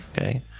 okay